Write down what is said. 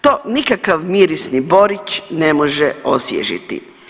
To nikakav mirisni borić ne može osvježiti.